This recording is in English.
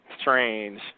strange